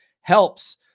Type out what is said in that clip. helps